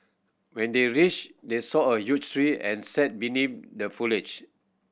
when they reached they saw a huge tree and sat beneath the foliage